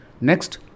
Next